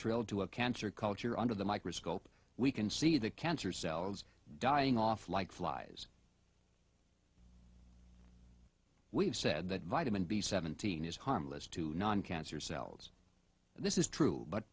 trail to a cancer culture under the microscope we can see the cancer cells dying off like flies we have said that vitamin b seventeen is harmless to non cancer cells this is true but